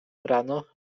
rano